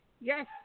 Yes